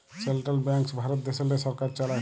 central banks Bharat দ্যাশেল্লে সরকার চালায়